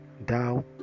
Thou